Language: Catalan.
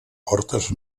portes